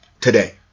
today